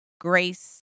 grace